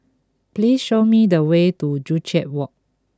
please show me the way to Joo Chiat Walk